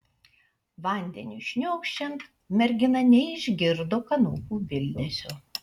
vandeniui šniokščiant mergina neišgirdo kanopų bildesio